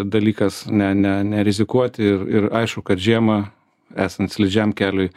dalykas ne ne nerizikuoti ir ir aišku kad žiemą esant slidžiam keliui